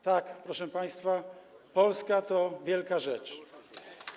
Tak, proszę państwa, Polska to wielka rzecz.